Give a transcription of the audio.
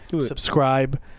Subscribe